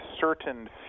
certain